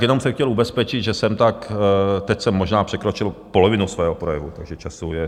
Jenom jsem chtěl ubezpečit, že jsem tak teď jsem možná překročil polovinu svého projevu, takže času je.